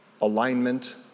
alignment